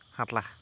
সাত লাখ